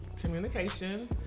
Communication